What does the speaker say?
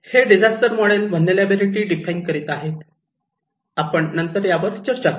हे disaster model vulnerability define करीत आहोत आपण नंतर यावर चर्चा करू